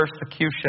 persecution